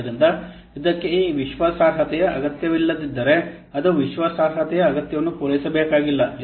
ಆದ್ದರಿಂದ ಇದಕ್ಕೆ ಈ ವಿಶ್ವಾಸಾರ್ಹತೆಯ ಅಗತ್ಯವಿಲ್ಲದಿದ್ದರೆ ಅದು ವಿಶ್ವಾಸಾರ್ಹತೆಯ ಅಗತ್ಯವನ್ನು ಪೂರೈಸಬೇಕಾಗಿಲ್ಲ